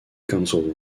council